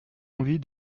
envie